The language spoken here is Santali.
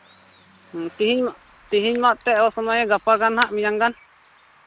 ᱛᱮᱦᱮᱧ ᱛᱮᱦᱮᱧ ᱢᱟ ᱮᱱᱛᱮᱫ ᱚᱥᱚᱢᱟᱹᱭ ᱜᱟᱯᱟ ᱜᱟᱱ ᱦᱟᱸᱜ ᱢᱮᱭᱟᱝ ᱜᱟᱱ